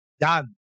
done